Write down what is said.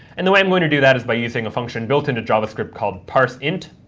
and the way i'm going to do that is by using a function built into javascript called parseint,